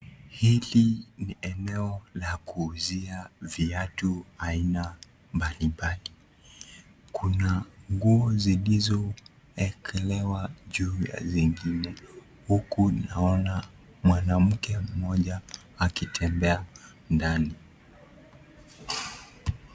Hili ni eneo la kuuzia viatu haina mbalimbali. Kuna nguo zinazoekelewa juu ya zingine, huku naona mwanamke mmoja akitembea ndani?